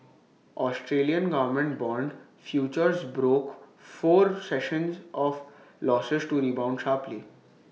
Australian government Bond futures broke four sessions of losses to rebound sharply